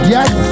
Yes